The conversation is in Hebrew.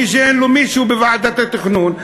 מי שאין לו מישהו בוועדת התכנון,